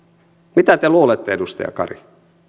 mitä te luulette edustaja kari